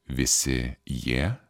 visi jie